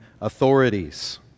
authorities